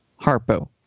Harpo